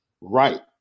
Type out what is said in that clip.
right